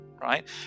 right